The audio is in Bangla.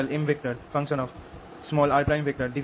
r r